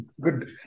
Good